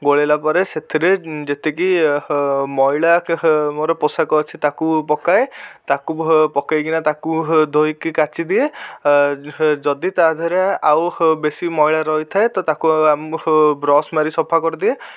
ଗୋଳେଇଲା ପରେ ସେଥିରେ ଯେତିକି ମଇଳା ମୋର ପୋଷାକ ଅଛି ତାକୁ ପକାଏ ତାକୁ ପକେଇକିନା ତାକୁ ଧୋଇକି କାଚି ଦିଏ ଯଦି ତାହା ଦେହରେ ଆଉ ବେଶୀ ମଇଳା ରହିଥାଏ ତ ତାକୁ ଆମ ବ୍ରସ୍ ମାରି ସଫା କରିଦିଏ